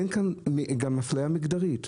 אין כאן גם אפליה מגדרית.